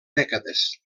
dècades